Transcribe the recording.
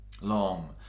long